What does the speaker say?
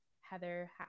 heather